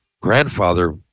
grandfather